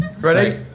ready